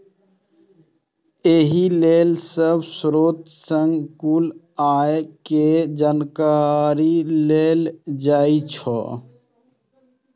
एहि लेल सब स्रोत सं कुल आय के जानकारी लेल जाइ छै